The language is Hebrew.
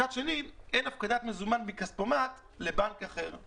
מצד שני אין הפקדת מזומן מכספומט לבנק אחר.